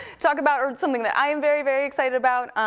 talk about, or something that i'm very, very excited about.